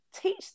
teach